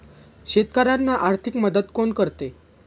शेतकऱ्यांना आर्थिक मदत कोण करते?